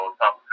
top